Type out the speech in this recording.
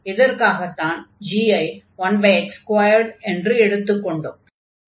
இதற்காகத்தான் g I 1x2 என்று எடுத்துக் கொண்டோம்